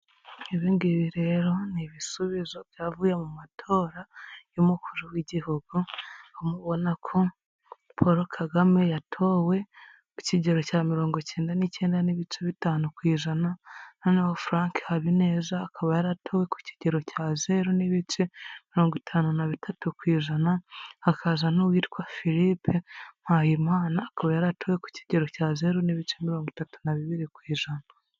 Ibingibi rero ni ibisubizo byavuye mu matora y'umukuru w'igihugu ahomubonako paul kagame yatowe ku kigero cya mirongo icyenda n'icyenda n'ibice bitanu kw'ijana noneho furanke habineza akaba yaratowe ku kigero cya zeru n'ibice mirongo itanu nabitatu kw'ijana hakaza n'uwitwa philippe mpayimana akaba yara atuwe ku kigero cya zeru n'ibice mirongo itatu na bibiri ku ijambo.